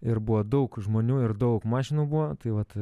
ir buvo daug žmonių ir daug mašinų buvo tai vat